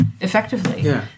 effectively